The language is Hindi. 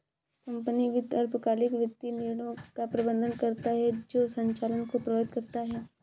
कंपनी वित्त अल्पकालिक वित्तीय निर्णयों का प्रबंधन करता है जो संचालन को प्रभावित करता है